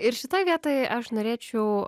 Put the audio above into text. ir šitoj vietoj aš norėčiau